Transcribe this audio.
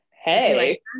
hey